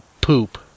Poop